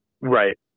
right